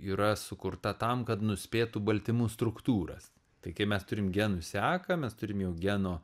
yra sukurta tam kad nuspėtų baltymų struktūras tai kai mes turim genų seką mes turim jau geno